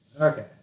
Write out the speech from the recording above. Okay